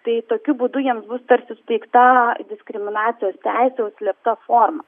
tai tokiu būdu jiems bus tarsi suteikta diskriminacijos teisė užslėpta forma